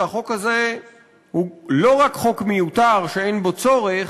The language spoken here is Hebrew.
שהחוק הזה הוא לא רק חוק מיותר שאין בו צורך,